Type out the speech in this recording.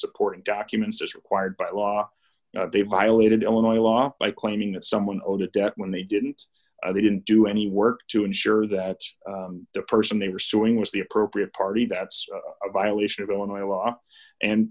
supporting documents as required by law they violated illinois law by claiming that someone owed a debt when they didn't they didn't do any work to ensure that the person they were suing was the appropriate party that's a violation of illinois law and